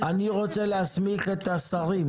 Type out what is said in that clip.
אני רוצה להסמיך את השרים,